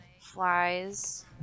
Flies